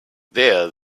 there